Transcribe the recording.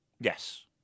Yes